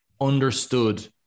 understood